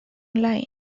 line